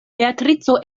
beatrico